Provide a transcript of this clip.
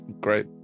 great